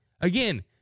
Again